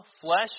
flesh